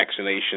vaccinations